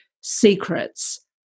secrets